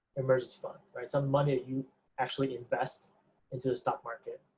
emergency fund, right, it's some money that you actually invest into the stock market.